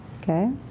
Okay